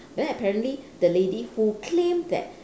then apparently the lady who claimed that